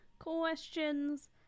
questions